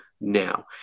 now